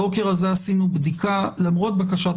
הבוקר הזה עשינו בדיקה, למרות בקשת